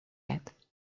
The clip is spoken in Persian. آید